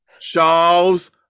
charles